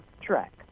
track